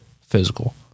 physical